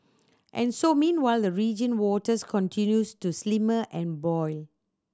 and so meanwhile the region waters continue to slimmer and boil